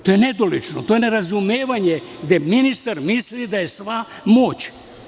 To je nedolično, to je nerazumevanje, gde ministar misli da je sva moć.